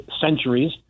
centuries